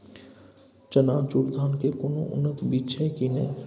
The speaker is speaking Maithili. चननचूर धान के कोनो उन्नत बीज छै कि नय?